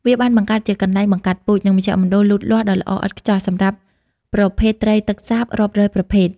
វាបានបង្កើតជាកន្លែងបង្កាត់ពូជ និងមជ្ឈមណ្ឌលលូតលាស់ដ៏ល្អឥតខ្ចោះសម្រាប់ប្រភេទត្រីទឹកសាបរាប់រយប្រភេទ។